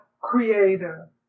Creator